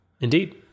Indeed